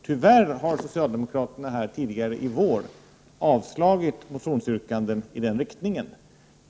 Tyvärr har socialdemokraterna tidigare i vår avslagit motionsyrkanden i den riktningen.